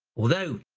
although,